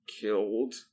killed